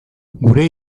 gure